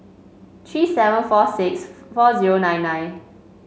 three seven four six four zero nine nine